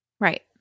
Right